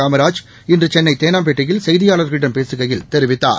காமராஜ் இன்று சென்னை தேனாம்பேட்டயில் செய்தியாளர்களிடம் பேககையில் தெரிவிக்கார்